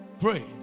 Pray